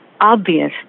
obvious